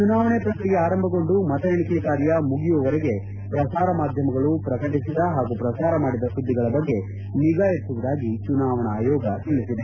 ಚುನಾವಣೆ ಪ್ರಕ್ರಿಯೆ ಆರಂಭಗೊಂಡು ಮತ ಎಣಿಕೆ ಕಾರ್ಯ ಮುಗಿಯುವವರೆಗೆ ಪ್ರಸಾರ ಮಾಧ್ಯಮಗಳು ಪ್ರಕಟಿಸಿದ ಹಾಗೂ ಪ್ರಸಾರ ಮಾಡಿದ ಸುದ್ವಿಗಳ ಬಗ್ಗೆ ನಿಗಾ ಇರಿಸುವುದಾಗಿ ಚುನಾವಣಾ ಆಯೋಗ ತಿಳಿಸಿದೆ